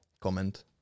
comment